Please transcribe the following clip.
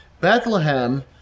bethlehem